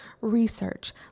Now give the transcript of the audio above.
research